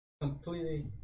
completely